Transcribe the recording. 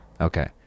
Okay